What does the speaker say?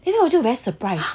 then 我就 very surprise